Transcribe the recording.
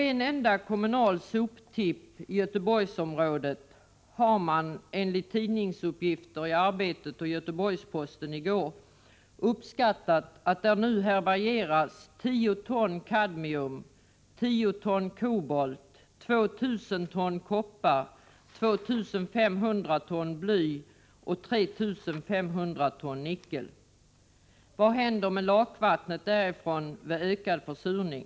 Enligt tidningsuppgifter i går i Arbetet och Göteborgs-Posten uppskattar man att det på en enda kommunal soptipp i Göteborgsområdet nu härbärgeras 10 ton kadmium, 10 ton kobolt, 2 000 ton koppar, 2 500 ton bly och 3 500 ton nickel. Vad händer med lakvattnet därifrån vid ökad försurning?